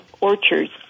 orchard's